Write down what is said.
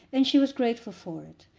and she was grateful for it.